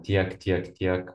tiek tiek tiek